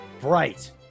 bright